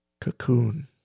cocoon